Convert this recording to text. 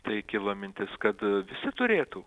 tai kilo mintis kad visi turėtų